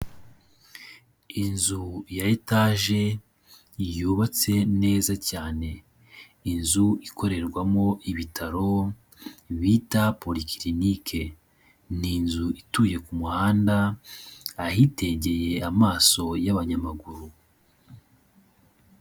Inzu ya etaje yubatse neza cyane, inzu ikorerwamo ibitaro bita Poly Clinic. Ni inzu ituye ku muhanda ahitegeye amaso y'abanyamaguru.